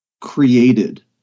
created